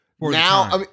Now